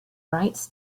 rights